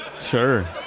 Sure